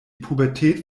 pubertät